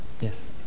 Yes